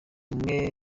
umwe